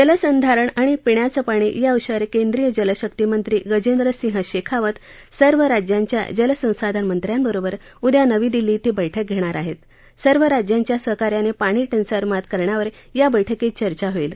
जलसंधारण आणि पिण्याचं पाणी याविषयांवर केंद्रीय जलशक्ती मंत्री गजेंद्र सिंह शखीवत सर्व राज्यांच्या जलसंसाधन मंत्र्यांबरोबर उद्या नवी दिल्ली क्रे बैठक घघ्घीर आहत्त सर्व राज्यांच्या सहकार्यान शि टंचाईवर मात करण्यावर या बैठकीत चर्चा होईल